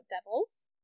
devils